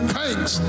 thanks